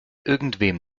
irgendwem